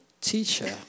teacher